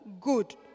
good